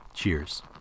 Cheers